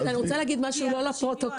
אני רוצה לומר משהו לא לפרוטוקול.